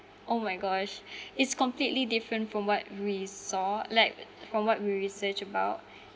oh my gosh it's completely different from what we saw like from what we research about